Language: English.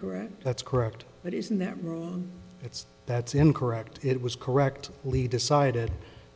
correct that's correct but isn't that room it's that's incorrect it was correct lead decided